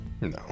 No